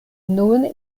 nun